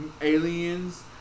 aliens